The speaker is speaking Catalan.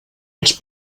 els